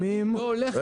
אני לא הולך אליה.